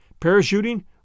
parachuting